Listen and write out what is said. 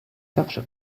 zawsze